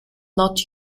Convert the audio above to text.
not